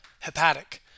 Hepatic